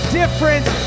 difference